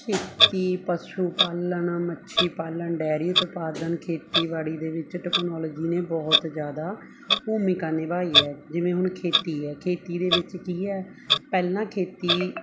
ਖੇਤੀ ਪਸ਼ੂ ਪਾਲਣ ਮੱਛੀ ਪਾਲਣ ਡੈਰੀ ਉਤਪਾਦਨ ਖੇਤੀਬਾੜੀ ਦੇ ਵਿੱਚ ਟੈਕਨੋਲੋਜੀ ਨੇ ਬਹੁਤ ਜ਼ਿਆਦਾ ਭੂਮਿਕਾ ਨਿਭਾਈ ਹੈ ਜਿਵੇਂ ਹੁਣ ਖੇਤੀ ਹੈ ਖੇਤੀ ਦੇ ਵਿੱਚ ਕੀ ਹੈ ਪਹਿਲਾਂ ਖੇਤੀ